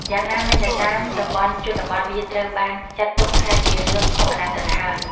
យ៉ាងណាមិញ នៅតាមតំបន់ជនបទវាត្រូវបានចាត់ទុកថាជារឿងធម្មតាទៅវិញ។